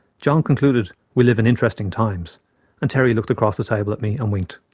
john concluded we live in interesting times and terry looked across the table at me and winked.